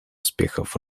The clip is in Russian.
успехов